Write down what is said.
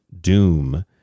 doom